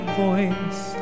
voice